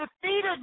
defeated